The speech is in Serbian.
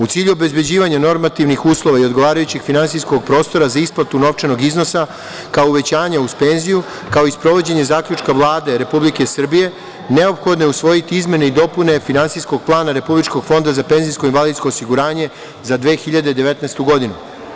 U cilju obezbeđivanja normativnih uslova i odgovarajućeg finansijskog prostora za isplatu novčanog iznosa kao uvećanja uz penziju, kao i sprovođenje Zaključka Vlade Republike Srbije, neophodno je usvojiti izmene i dopune Finansijskog plana Republičkog fonda za PIO za 2019. godinu.